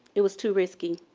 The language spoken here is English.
it was too risky.